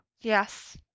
Yes